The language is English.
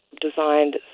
designed